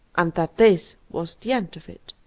and that this was the end of it.